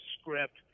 script